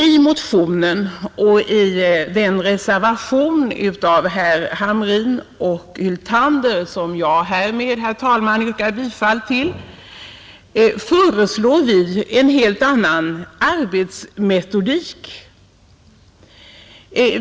I motionen och i reservationen av herrar Hamrin och Hyltander — som jag härmed, herr talman, yrkar bifall till — föreslås en helt annan arbetsmetodik.